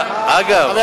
אגב,